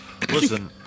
Listen